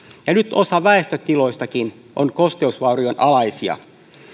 ja nyt osa väistötiloistakin on kosteusvaurion alaisia